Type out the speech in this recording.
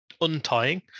untying